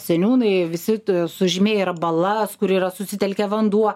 seniūnai visi sužymėję yra balas kur yra susitelkia vanduo